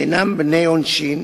שאינם בני-עונשין,